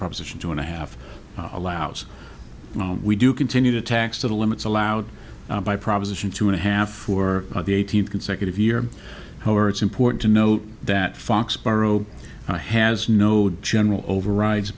proposition two and a half allows we do continue to tax to the limits allowed by proposition two and a half for the eighteenth consecutive year however it's important to note that fox borrow has no doubt general overrides